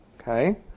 okay